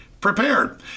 prepared